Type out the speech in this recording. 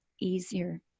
easier